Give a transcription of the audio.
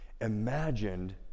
imagined